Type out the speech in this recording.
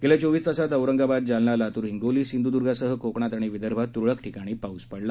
गेल्या चोवीस तासांत औरंगाबाद जालना लातूर हिंगोली सिंधुदुर्गासह कोकणात आणि विदर्भात तुरळक ठिकाणी पाऊस पडला